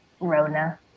Rona